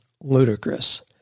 ludicrous